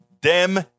dem